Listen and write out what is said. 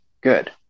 Good